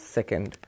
Second